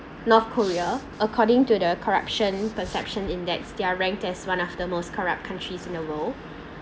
north korea according to the corruption perceptions index they're ranked as one of the most corrupt countries in the world